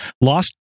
Lost